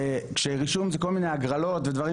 כשרישום זה כל מיני הגרלות ודברים